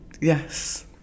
Yes